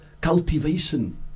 cultivation